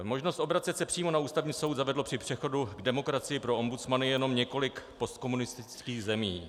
Možnost obracet se přímo na Ústavní soud zavedlo při přechodu k demokracii pro ombudsmany jenom několik postkomunistických zemí.